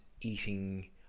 eating